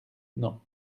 non